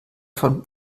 von